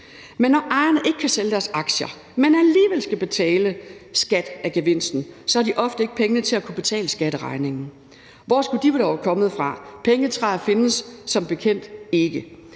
Men når ejerne ikke kan sælge deres aktier, men alligevel skal betale skat af gevinsten, har de ofte ikke pengene til at betale skatteregningen. Hvor skulle de dog være kommet fra? Pengetræer findes som bekendt ikke.